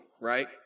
right